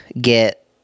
get